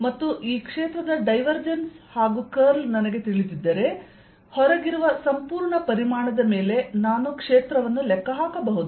ಮತ್ತು ಈ ಕ್ಷೇತ್ರದ ಡೈವರ್ಜೆನ್ಸ್ ಮತ್ತು ಕರ್ಲ್ ನನಗೆ ತಿಳಿದಿದ್ದರೆ ಹೊರಗಿರುವ ಸಂಪೂರ್ಣ ಪರಿಮಾಣದ ಮೇಲೆ ನಾನು ಕ್ಷೇತ್ರವನ್ನು ಲೆಕ್ಕ ಹಾಕಬಹುದು